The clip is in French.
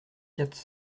quatre